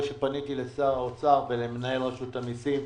שפניתי לשר האוצר ולמנהל רשות המיסים.